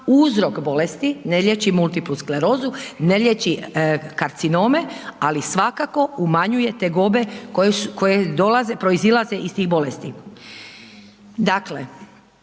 uzrok bolesti, ne liječi multiplu sklerozu, ne liječi karcinome, ali svakako umanjuje tegobe koje proizilaze iz tih bolesti.